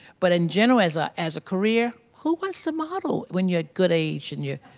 but in general, as ah as a career, who wants the model when you're at good age and you're?